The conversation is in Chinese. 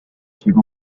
提供